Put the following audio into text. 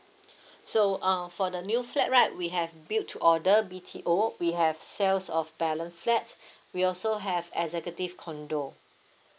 so uh for the new flat right we have built to order B_T_O we have sales of balance flat we also have executive condo